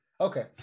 Okay